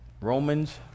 Romans